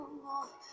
more